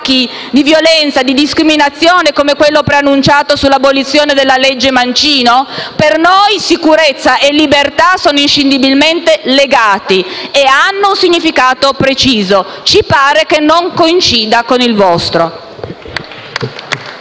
di violenza e discriminazione, come quello preannunciato sull'abolizione della cosiddetta legge Mancino? Per noi sicurezza e libertà sono inscindibilmente legate e hanno un significato preciso che, ci pare, non coincida con il vostro.